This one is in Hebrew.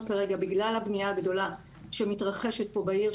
כרגע בגלל הבנייה הגדולה שמתרחשת פה בעיר,